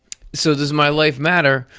so does my life matter?